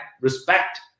respect